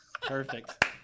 Perfect